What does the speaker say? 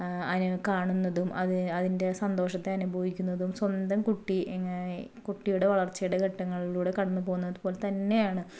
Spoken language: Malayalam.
അതിനെ കാണുന്നതും അത് അതിൻ്റെ സന്തോഷത്തെ അനുഭവിക്കുന്നതും സ്വന്തം കുട്ടി എങ്ങനെ കുട്ടിയുടെ വളർച്ചയുടെ ഘട്ടങ്ങളിലൂടെ കടന്ന് പോകുന്നത് അതുപോലെ തന്നെയാണ്